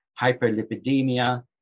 hyperlipidemia